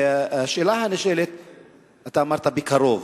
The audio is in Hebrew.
אמרת "בקרוב"